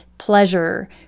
pleasure